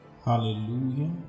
hallelujah